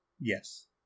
Yes